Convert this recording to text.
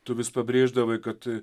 tu vis pabrėždavai kad